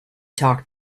talk